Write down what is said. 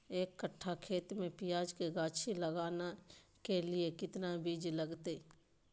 एक कट्ठा खेत में प्याज के गाछी लगाना के लिए कितना बिज लगतय?